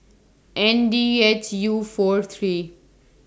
N D H U four three